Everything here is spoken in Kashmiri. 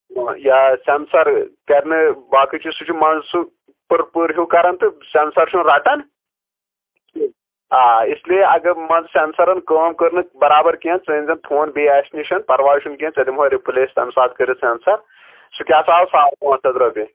یا سیٚنسر کرنہٕ باقٕے چیٖز سُہ چھُ مان سُہ پٕر پٕر ہیٚو کران تہٕ شینٛسر چھُنہٕ رٹان کینٛہہ آ اِس لیے اگر منٛزٕ سیٚنسرن کٲم کٔرۍ نہٕ برابر کینٛہہ ژٕ أنۍ زٮ۪ن فون بییٚہِ اسہِ نشن پرواے چھُنہٕ کینٛہہ ژےٚ دمہو رِپلیس تمہِ ساتہٕ کٔرتھ سیٚنسر سُہ کیٚاہ سا اوس ساڑ پانٛژھ ہتھ رۄپیہِ